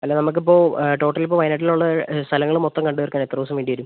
അല്ല നമുക്കിപ്പോൾ ടോട്ടൽ ഇപ്പോൾ വയനാട്ടിൽ ഉള്ള സ്ഥലങ്ങൾ മൊത്തം കണ്ടുതീർക്കാൻ എത്ര ദിവസം വേണ്ടിവരും